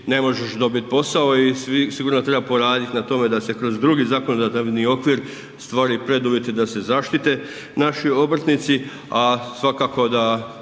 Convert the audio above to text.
ne možeš dobit posao i sigurno treba poraditi na tome da se kroz drugi zakonodavni okvir stvore preduvjeti da se zaštite naši obrtnici, a svakako da